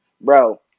bro